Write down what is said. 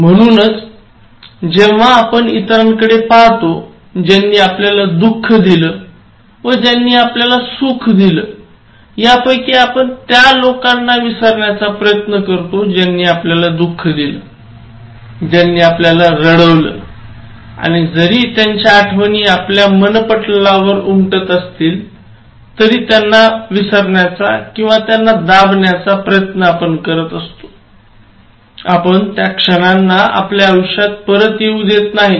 म्हणूनच जेव्हा आपण इतरांकडे पाहतो ज्यांनी आपल्याला दुःख दिलं व ज्यांनी आपल्याला सुख दिल यापैकी आपण त्या लोकांनां विसरण्याचा प्रयत्न करतो ज्यांनी दुःख दिले ज्यांनी आपल्याला रडवल आणि जरी त्यांच्या आठवणी आपल्या मन पटलावर उमटत असतील तरी त्यांना विसरण्याचा किंवा त्यांना दाबण्याचा प्रयत्न आपण करतोआपण त्या क्षणांना आपल्या आयुष्यात परत येऊ देत नाहीत